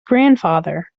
grandfather